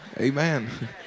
Amen